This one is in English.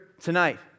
tonight